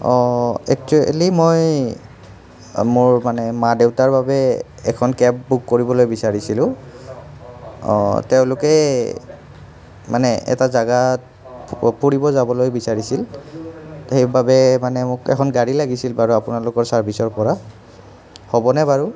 এক্সোৱেলী মই মোৰ মানে মা দেউতাৰ বাবে এখন কেব বুক কৰিবলৈ বিচাৰিছিলোঁ তেওঁলোকে মানে এটা জেগাত ফুৰিব যাবলৈ বিচাৰিছিল সেই বাবে মানে মোক এখন গাড়ী লাগিছিল বাৰু আপোনালোকৰ ছাৰ্ভিচৰ পৰা হ'বনে বাৰু